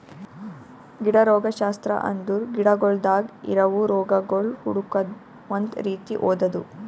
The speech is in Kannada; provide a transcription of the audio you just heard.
ಗಿಡ ರೋಗಶಾಸ್ತ್ರ ಅಂದುರ್ ಗಿಡಗೊಳ್ದಾಗ್ ಇರವು ರೋಗಗೊಳ್ ಹುಡುಕದ್ ಒಂದ್ ರೀತಿ ಓದದು